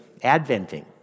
adventing